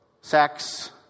sex